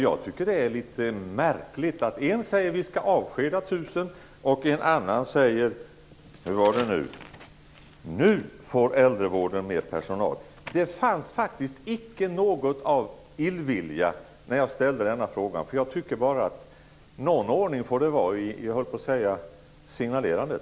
Jag tycker att det är litet märkligt att en säger att vi skall avskeda några tusen och en annan säger: Nu får äldrevården mer personal. Det fanns icke något av illvilja när jag ställde denna fråga. Jag tycker bara det får vara någon ordning i signalerandet.